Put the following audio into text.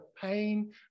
pain